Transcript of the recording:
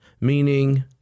meaning